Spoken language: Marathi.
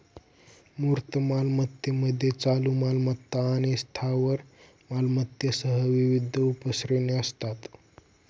मूर्त मालमत्तेमध्ये चालू मालमत्ता आणि स्थावर मालमत्तेसह विविध उपश्रेणी असतात